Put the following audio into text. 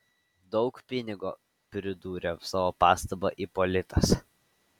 daug pinigo pridūrė savo pastabą ipolitas